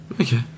Okay